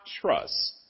trust